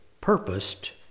purposed